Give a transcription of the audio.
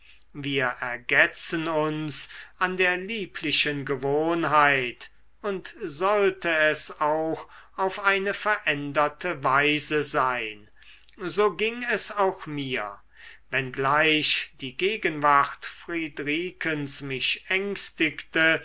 wir ergetzen uns an der lieblichen gewohnheit und sollte es auch auf eine veränderte weise sein so ging es auch mir wenngleich die gegenwart friedrikens mich ängstigte